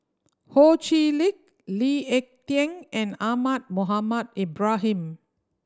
Ho Chee Lick Lee Ek Tieng and Ahmad Mohamed Ibrahim